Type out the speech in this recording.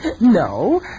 No